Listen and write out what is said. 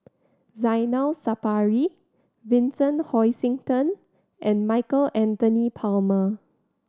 Zainal Sapari Vincent Hoisington and Michael Anthony Palmer